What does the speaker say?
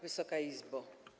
Wysoka Izbo!